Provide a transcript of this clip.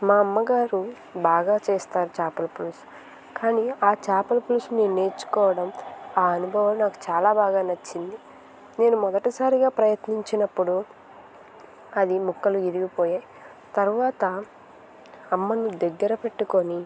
మా అమ్మగారు బాగా చేస్తారు చేపల పులుసు కానీ ఆ చేపల పులుసు నేను నేర్చుకోవడం ఆ అనుభవం నాకు చాలా బాగా నచ్చింది నేను మొదటిసారిగా ప్రయత్నించినప్పుడు అది ముక్కలు విరిగిపోయాయి తర్వాత అమ్మను దగ్గర పెట్టుకొని